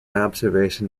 observation